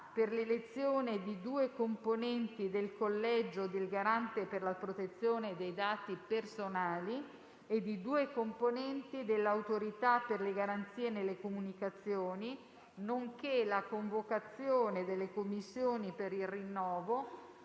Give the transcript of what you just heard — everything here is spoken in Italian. per l'elezione di due componenti del collegio del Garante per la protezione dei dati personali e di due componenti dell'Autorità per le garanzie nelle comunicazioni, nonché la convocazione delle Commissioni per il rinnovo,